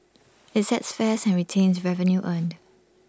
IT sets fares and retains revenue earned